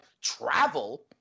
travel